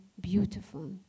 beautiful